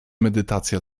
medytacja